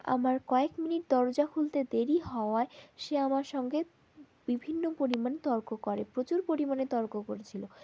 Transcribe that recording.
আমার কয়েক মিনিট দরজা খুলতে দেরি হওয়ায় সে আমার সঙ্গে বিভিন্ন পরিমাণ তর্ক করে প্রচুর পরিমাণে তর্ক করেছিল